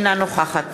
אינה נוכחת